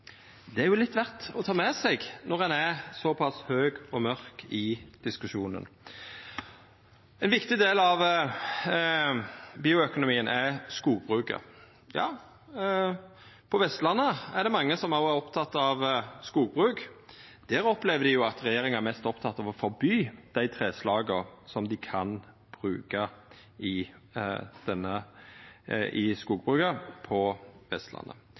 Det er det jo verd å ta med seg når ein er såpass høg og mørk i diskusjonen. Ein viktig del av bioøkonomien er skogbruket. På Vestlandet er det mange som er opptekne av skogbruk. Der opplever ein at regjeringa er mest oppteken av å forby dei treslaga som dei kan bruka i